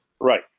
Right